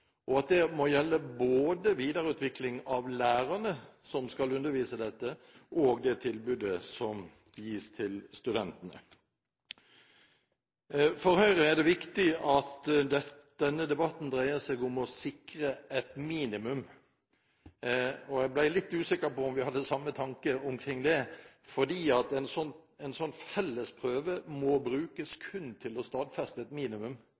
og at det må gjelde både videreutvikling av lærerne som skal undervise i dette, og det tilbudet som gis til studentene. For Høyre er det viktig at denne debatten dreier seg om å sikre et minimum. Jeg ble litt usikker på om vi hadde samme tanke om det, fordi en slik felles prøve må brukes kun til å stadfeste et minimum.